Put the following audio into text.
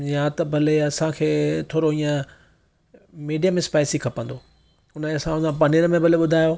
या त भले असांखे थोरो हीअं मीडियम स्पाइसी खपंदो हुन जे हिसाब सा पनीर में भले ॿुधायो